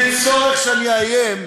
אין צורך שאני אאיים,